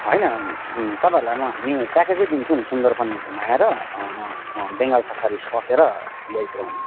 होइन तपाईँहरूलाई म हामी प्याकेजै दिन्छौँ नि सुन्दरबन घुमाएर बेङ्गाल सफारी सकेर ल्याइपुर्याउने